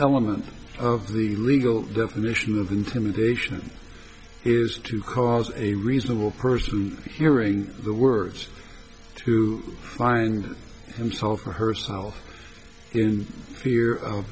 element of the legal definition of intimidation is to cause a reasonable person hearing the words to find himself or herself in